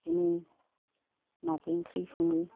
बिदिनो नारजि ओंख्रि सङो